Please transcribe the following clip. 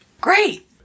Great